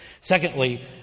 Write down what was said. Secondly